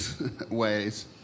ways